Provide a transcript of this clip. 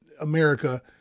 America